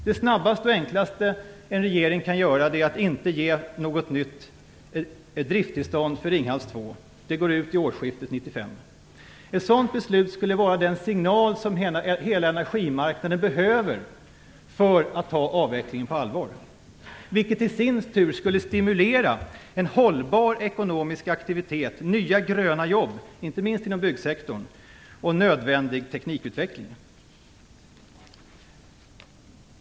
Det snabbaste och enklaste en regering kan gör är att inte ge något nytt drifttillstånd för Ringhals 2. Det går ut vid årsskiftet 1995. Ett sådant beslut skulle vara den signal som hela energimarknaden behöver för att ta avvecklingen på allvar. Det skulle i sin tur stimulera en hållbar ekonomisk aktivitet, nya gröna jobb, inte minst inom byggsektorn, och nödvändig teknikutveckling.